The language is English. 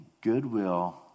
goodwill